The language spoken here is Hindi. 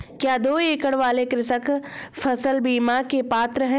क्या दो एकड़ वाले कृषक फसल बीमा के पात्र हैं?